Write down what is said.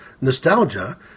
nostalgia